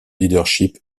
leadership